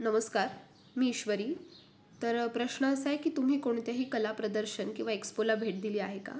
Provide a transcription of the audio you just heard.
नमस्कार मी ईश्वरी तर प्रश्न असा आहे की तुम्ही कोणत्याही कलाप्रदर्शन किंवा एक्सपोला भेट दिली आहे का